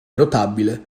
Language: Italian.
rotabile